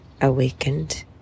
awakened